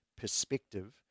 perspective